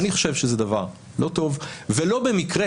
אני חושב שזה דבר לא טוב, ולא במקרה